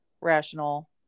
rational